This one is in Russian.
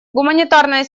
гуманитарная